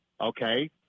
okay